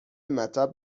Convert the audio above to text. مطب